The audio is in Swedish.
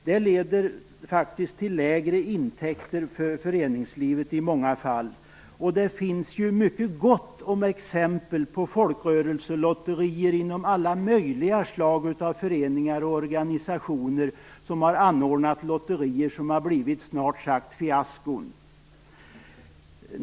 Det leder faktiskt till lägre intäkter för föreningslivet i många fall. Inom alla möjliga slags föreningar och organisationer finns det gott om exempel på folkrörelselotterier som snart sagt har blivit fiaskon.